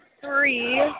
three